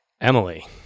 Emily